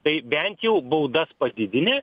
tai bent jau baudas padidini